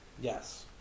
Yes